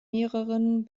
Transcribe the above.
mehreren